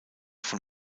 von